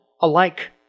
alike